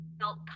felt